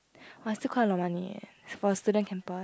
!wah! still quite a lot of money eh for a student campus